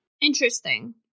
Interesting